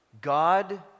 God